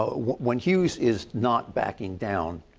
ah when hughes is not backing down,